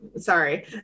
Sorry